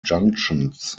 junctions